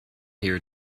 here